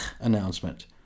announcement